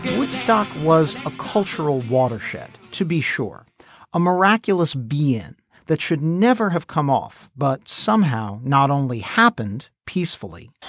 woodstock was a cultural watershed to be sure a miraculous be in that should never have come off but somehow not only happened peacefully.